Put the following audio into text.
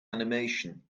animation